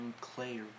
clay